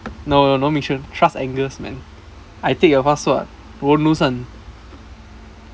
no no don't be tr~ trust angus man I take your passport won't lose [one]